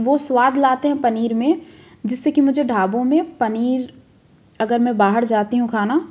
वो स्वाद लाते हैं पनीर में जिससे कि मुझे ढाबों में पनीर अगर मैं बाहर जाती हूँ खाना